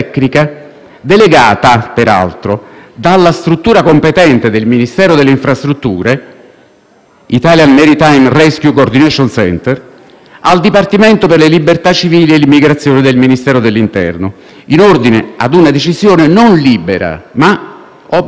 (Italian maritime rescue coordination centre) al Dipartimento per le libertà civili e l'immigrazione del Ministero dell'interno in ordine a una decisione, non libera ma obbligata, di indicare il *place of safety* (POS) per poi effettuare lo sbarco dei naufraghi.